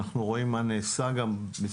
אנחנו רואים מה נעשה בסביבתנו,